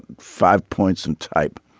five points and type.